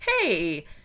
hey